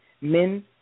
men